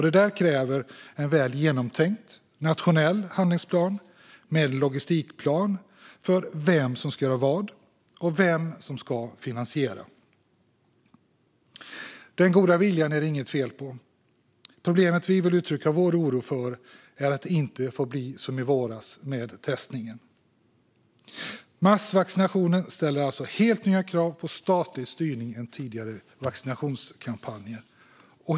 Det kräver en väl genomtänkt nationell handlingsplan med en logistikplan för vem som ska göra vad och vem som ska finansiera det hela. Den goda viljan är det inget fel på. Problemet vi vill uttrycka vår oro för är att det inte får bli som i våras med testningen. Massvaccinationen ställer helt nya krav på statlig styrning än tidigare vaccinationskampanjer.